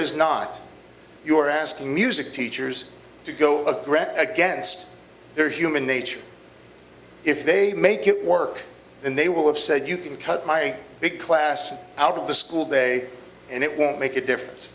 is not you are asking music teachers to go on the ground against their human nature if they make it work then they will have said you can cut my big class out of the school day and it won't make a difference